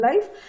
life